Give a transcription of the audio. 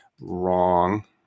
Wrong